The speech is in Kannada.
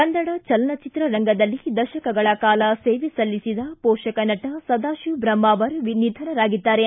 ಕನ್ನಡ ಚಲನ ಚಿತ್ರರಂಗದಲ್ಲಿ ದಶಕಗಳ ಕಾಲ ಸೇವೆ ಸಲ್ಲಿಸಿದ ಪೋಷಕ ನಟ ಸದಾಶಿವ ಬ್ರಹ್ನಾವರ್ ನಿಧನರಾಗಿದ್ದಾರೆ